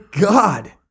God